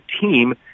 team